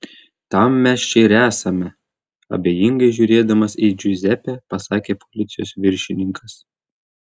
tam mes čia ir esame abejingai žiūrėdamas į džiuzepę pasakė policijos viršininkas